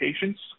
patients